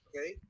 Okay